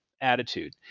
attitude